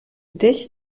dich